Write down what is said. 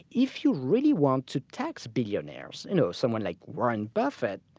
if you really want to tax billionaires, you know someone like warren buffett,